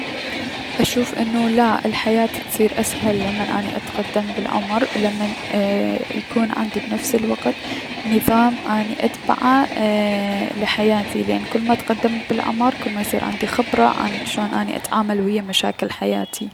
اشوف انو لاا الحياة تكون اسهل لمن اني اتقدم بلعمر لمن يكون عندي بنفس الوقت نظام اني اتبعه ايي- لحياتي لأن كلما اتقدم بالعمر كلمن يصير ليا خبرة اكثر عن شون اتعامل ويا مشاكل حياتي اكثر.